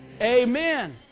amen